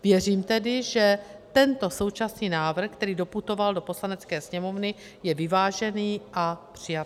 Věřím tedy, že tento současný návrh, který doputoval do Poslanecké sněmovny, je vyvážený a přijatelný.